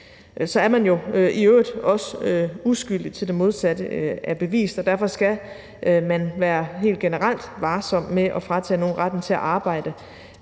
Så er man jo i øvrigt også uskyldig, indtil det modsatte er bevist, og derfor skal vi helt generelt være varsomme med at fratage nogen retten til at arbejde,